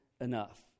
enough